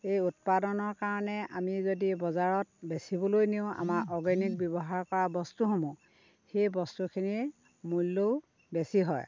এই উৎপাদনৰ কাৰণে আমি যদি বজাৰত বেচিবলৈ নিওঁ আমাৰ অৰ্গেনিক ব্যৱহাৰ কৰা বস্তুসমূহ সেই বস্তুখিনিৰ মূল্যও বেছি হয়